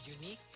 unique